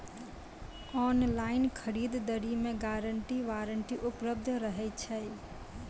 Online खरीद दरी मे गारंटी वारंटी उपलब्ध रहे छै?